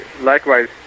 Likewise